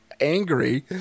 angry